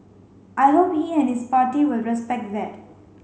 I hope he and his party will respect that